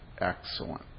excellent